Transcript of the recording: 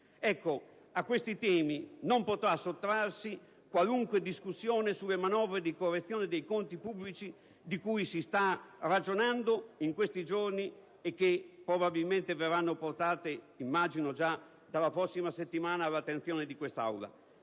A questi temi non potrà sottrarsi qualunque discussione sulle manovre di correzione dei conti pubblici di cui si sta ragionando in questi giorni e che probabilmente verranno portate, immagino già dalla prossima settimana, all'attenzione dell'Assemblea.